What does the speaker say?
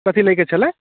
कथी लैके छलै